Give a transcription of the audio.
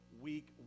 week